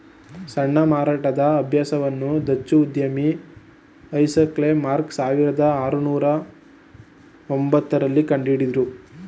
ಸಣ್ಣ ಮಾರಾಟದ ಅಭ್ಯಾಸವನ್ನು ಡಚ್ಚು ಉದ್ಯಮಿ ಐಸಾಕ್ ಲೆ ಮಾರ್ಗ ಸಾವಿರದ ಆರುನೂರು ಒಂಬತ್ತ ರಲ್ಲಿ ಕಂಡುಹಿಡುದ್ರು